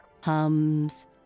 hums